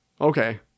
Okay